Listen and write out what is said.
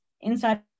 inside